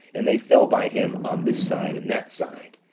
and they fell by him on this side and that side.